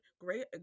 great